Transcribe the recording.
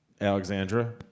Alexandra